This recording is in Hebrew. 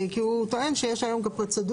כי הוא טוען שיש היום גם פרוצדורה,